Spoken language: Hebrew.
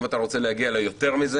אם אתה רוצה להגיע ליותר מזה